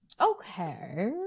okay